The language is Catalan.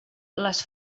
les